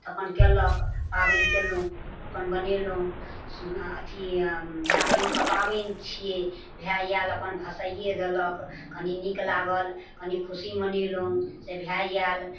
तऽ अपन कयलक पाबनि कयलहुँ अपन बनेलहुँ अथी भाय बहिनके पाबनि छियै भाय आयल अपन भसाइये देलक कनी नीक लागल कनी खुशी मनेलहुँ से भाय आयल